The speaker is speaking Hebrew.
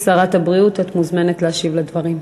גברתי שרת הבריאות, את מוזמנת להשיב לדברים.